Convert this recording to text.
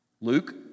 Luke